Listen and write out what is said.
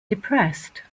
depressed